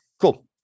cool